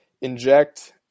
inject